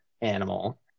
animal